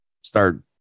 start